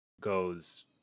goes